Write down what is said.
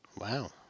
Wow